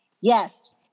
Yes